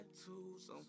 tattoos